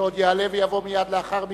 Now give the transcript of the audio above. שעוד יעלה ויבוא מייד לאחר מכן,